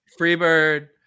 Freebird